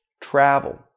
travel